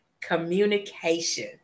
communication